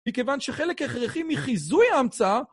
וכיוון שחלק הכרחי מחיזוי ההמצאה